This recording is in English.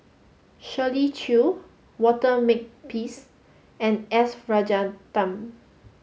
Shirley Chew Walter Makepeace and S Rajaratnam